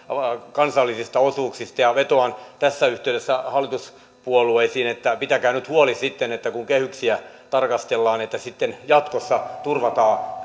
kansallisista osuuksista vetoan tässä yhteydessä hallituspuolueisiin että pitäkää nyt huoli sitten kun kehyksiä tarkastellaan että jatkossa turvataan